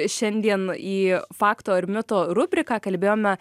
šiandien į fakto ar mito rubriką kalbėjome